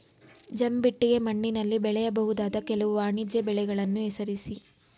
ಜಂಬಿಟ್ಟಿಗೆ ಮಣ್ಣಿನಲ್ಲಿ ಬೆಳೆಯಬಹುದಾದ ಕೆಲವು ವಾಣಿಜ್ಯ ಬೆಳೆಗಳನ್ನು ಹೆಸರಿಸಿ?